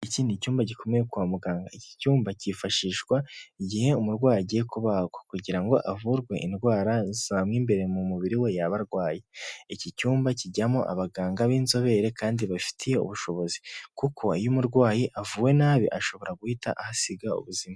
Iki ni icyumba gikomeye kwa muganga. Iki cyumba cyifashishwa igihe umurwayi agiye kubagwa kugira ngo avurwe indwara zo mo imbere mu mubiri we yaba arwaye. Iki cyumba kijyamo abaganga b'inzobere kandi babifitiye ubushobozi kuko iyo umurwayi avuwe nabi ashobora guhita ahasiga ubuzima.